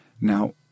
Now